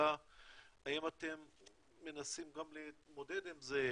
השאלה האם אתם מנסים גם להתמודד עם זה,